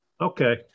Okay